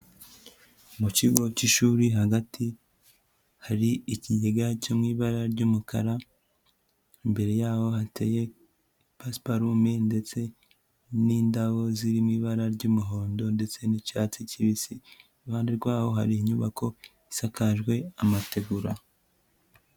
Mu kigo cy'ishuri hagati hari ikigega cyo mu ibara ry'umukara, imbere yaho hateye pasiparume ndetse n'indabo zirimo ibara ry'umuhondo ndetse n'icyatsi kibisi, iruhande rwaho hari inyubako isakajwe amategura.